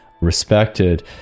respected